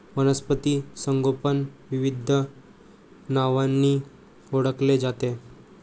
वनस्पती संगोपन विविध नावांनी ओळखले जाते